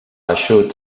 eixut